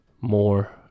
more